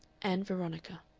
ann veronica.